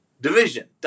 division